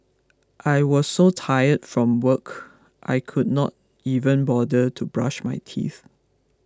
I was so tired from work I could not even bother to brush my teeth